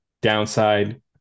downside